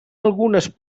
algunes